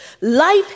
Life